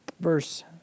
Verse